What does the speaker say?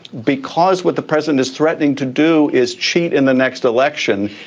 because what the president is threatening to do is change in the next election.